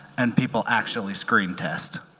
and people actually screen test?